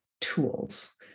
tools